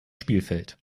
spielfeld